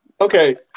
Okay